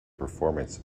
performance